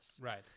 Right